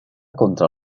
contra